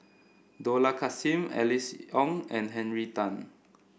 Dollah Kassim Alice Ong and Henry Tan